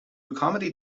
accommodate